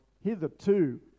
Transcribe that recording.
hitherto